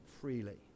freely